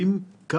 כלומר,